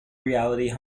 reality